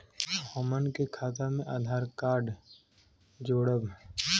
हमन के खाता मे आधार कार्ड जोड़ब?